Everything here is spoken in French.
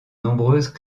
nombreuses